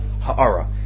Ha'ara